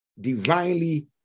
divinely